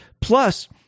Plus